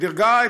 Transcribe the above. את